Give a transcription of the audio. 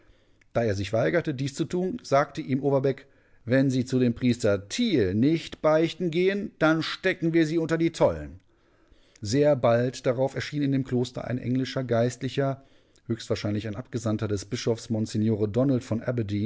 da er sich weigerte dies zu tun sagte ihm overbeck wenn sie zu dem priester thiel nicht beichten gehen dann stecken wir sie unter die tollen sehr bald darauf erschien in dem kloster ein englischer geistlicher höchstwahrscheinlich ein abgesandter des bischofs msgr donald von